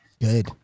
Good